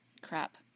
Crap